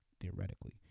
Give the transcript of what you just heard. theoretically